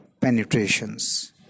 penetrations